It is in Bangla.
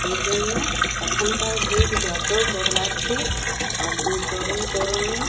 এই জন্যে এখনকার যুগ যত বদলাচ্ছে তরুণ তরুণী